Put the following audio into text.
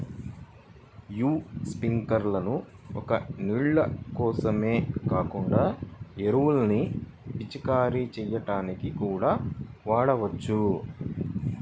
యీ స్పింకర్లను ఒక్క నీళ్ళ కోసమే కాకుండా ఎరువుల్ని పిచికారీ చెయ్యడానికి కూడా వాడొచ్చు